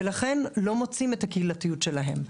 ולכן לא מוצאים את הקהילתיות שלהם.